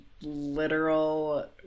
literal